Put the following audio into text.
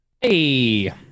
Hey